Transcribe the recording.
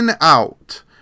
Out